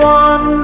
one